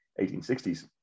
1860s